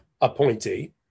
appointee